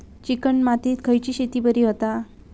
Chicken मातीत खयली शेती बरी होता?